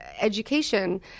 education